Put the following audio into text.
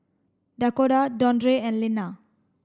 Dakoda Dondre and Linna